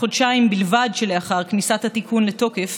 החודשיים בלבד שלאחר כניסת התיקון לתוקף